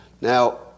Now